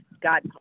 got